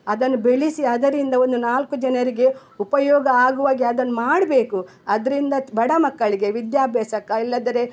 ಅದನ್ನು ಬೆಳೆಸಿ ಅದರಿಂದ ಒಂದು ನಾಲ್ಕು ಜನರಿಗೆ ಉಪಯೋಗ ಆಗುವಾಗೆ ಅದನ್ನ ಮಾಡಬೇಕು ಅದರಿಂದ ಬಡ ಮಕ್ಕಳಿಗೆ ವಿದ್ಯಾಭ್ಯಾಸಕ್ಕೆ ಅಲ್ಲಂದ್ರೆ